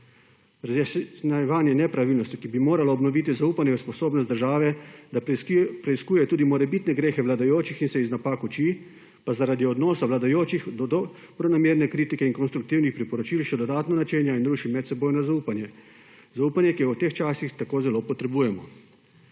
Razjasnjevanje nepravilnosti, ki bi moralo obnoviti zaupanje v sposobnost države, da preiskuje tudi morebitne grehe vladajočih in se iz napak uči, pa zaradi odnosa vladajočih do dobronamerne kritike in konstruktivnih priporočil še dodatno načenja in ruši medsebojno zaupanje, zaupanje, ki ga v teh časih tako zelo potrebujemo.